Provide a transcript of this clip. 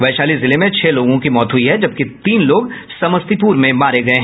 वैशाली जिले में छह लोगों की मौत हुई है जबकि तीन लोग समस्तीपुर में मारे गये